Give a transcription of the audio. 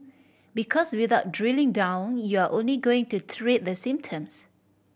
because without drilling down you're only going to treat the symptoms